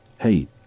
Hey